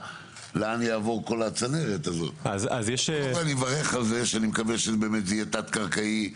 לאן תעבור כל הצנרת אני מברך על זה ואני מקווה שזה יהיה תת-קרקעי,